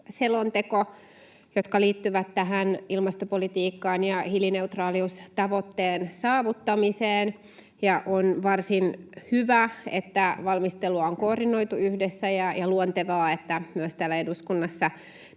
selonteko, jotka liittyvät ilmastopolitiikkaan ja hiilineutraaliustavoitteen saavuttamiseen. On varsin hyvä, että valmistelua on koordinoitu yhdessä, ja luontevaa, että myös täällä eduskunnassa